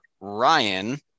Ryan